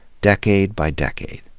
decade by decade.